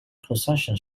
possession